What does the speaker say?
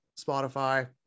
spotify